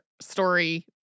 story